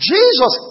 Jesus